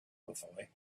ruefully